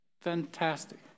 fantastic